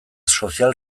sozial